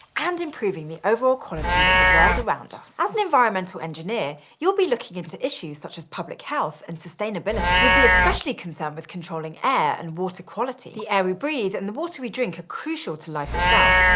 and improving the overall quality of the world around us. as an environmental engineer, you'll be looking into issues such as public health and sustainability. you'll be especially concerned with controlling air and water quality. the air we breathe and the water we drink are crucial to life itself,